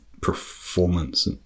performance